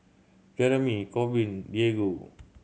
Jereme Corbin Diego